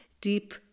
deep